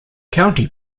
county